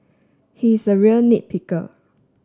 he is a real nit picker